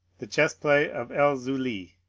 the chess-play of el-zuli.